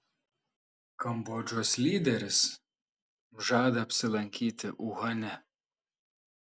kambodžos lyderis žada apsilankyti uhane